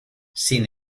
sin